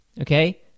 Okay